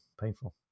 painful